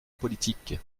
politique